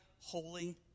holy